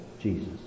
Jesus